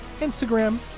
Instagram